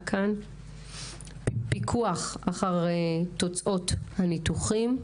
פיקוח אחר תוצאות הניתוחים,